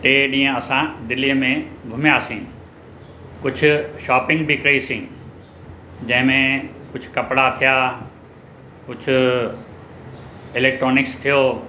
टे ॾींहं असां दिल्लीअ में घुमियासीं कुझु शॉपिंग बि कईसीं जंहिं में कुझु कपिड़ा थिया कुझु इलेक्ट्रोनिक्स थियो